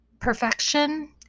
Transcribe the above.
Perfection